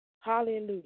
Hallelujah